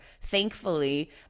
Thankfully